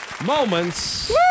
Moments